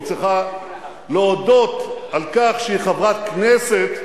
היא צריכה להודות על כך שהיא חברת כנסת,